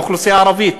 באוכלוסייה הערבית?